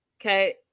okay